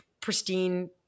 pristine